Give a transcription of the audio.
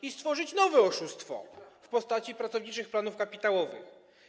i stworzyć nowe oszustwo w postaci pracowniczych planów kapitałowych.